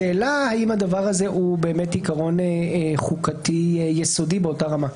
השאלה האם הדבר הזה הוא באמת עיקרון חוקתי יסודי באותה רמה.